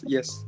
Yes